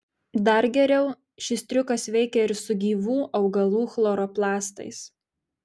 dar geriau šis triukas veikia ir su gyvų augalų chloroplastais